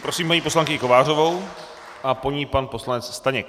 Prosím paní poslankyni Kovářovou a po ní pan poslanec Staněk.